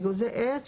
באגוזי עץ,